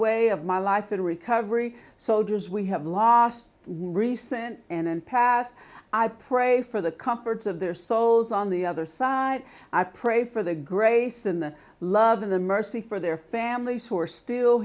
way of my life in recovery soldiers we have lost recent and past i pray for the comforts of their souls on the other side i pray for their grace in the love of the mercy for their families who are still